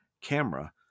camera